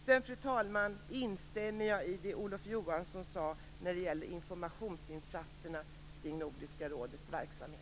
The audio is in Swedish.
Sedan instämmer jag, herr talman, i det Olof Johansson sade när det gäller informationsinsatserna kring Nordiska rådets verksamhet.